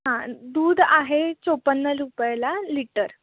हां दूध आहे चोपन्न रुपयाला लिटर